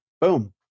Boom